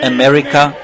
America